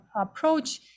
approach